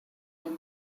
the